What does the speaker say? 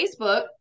Facebook